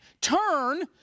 turn